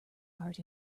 part